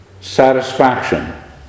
satisfaction